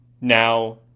Now